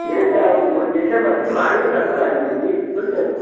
जैसा मछली मारेंगे तब तो ला के देंगे